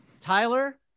Tyler